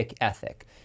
ethic